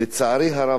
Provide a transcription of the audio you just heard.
לצערי הרב,